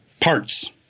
parts